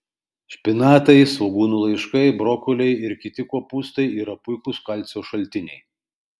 špinatai svogūnų laiškai brokoliai ir kiti kopūstai yra puikūs kalcio šaltiniai